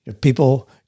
People